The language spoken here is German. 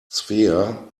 svea